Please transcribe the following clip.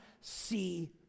see